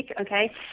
Okay